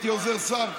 הייתי עוזר שר,